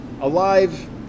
Alive